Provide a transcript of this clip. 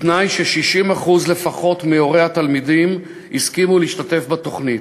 בתנאי ש-60% לפחות מהורי התלמידים הסכימו להשתתף בתוכנית.